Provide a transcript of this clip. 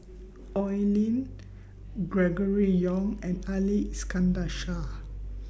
Oi Lin Gregory Yong and Ali Iskandar Shah